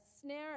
snare